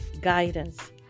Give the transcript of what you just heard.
guidance